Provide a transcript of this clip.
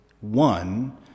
One